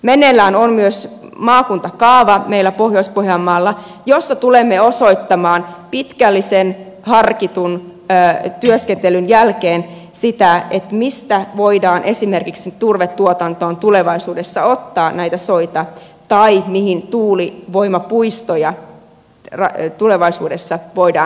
meneillään on myös maakuntakaava meillä pohjois pohjanmaalla jossa tulemme osoittamaan pitkällisen harkitun työskentelyn jälkeen sitä mistä voidaan esimerkiksi turvetuotantoon tulevaisuudessa ottaa näitä soita tai mihin tuulivoimapuistoja tulevaisuudessa voidaan rakentaa